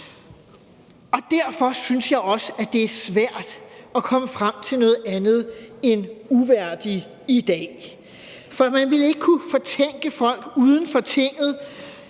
Og derfor synes jeg også, det er svært at komme frem til noget andet end at kende Inger Støjberg uværdig i dag. For man ville ikke kunne fortænke folk uden for Tinget